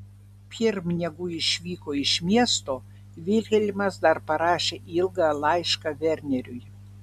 pirm negu išvyko iš miesto vilhelmas dar parašė ilgą laišką verneriui